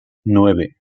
nueve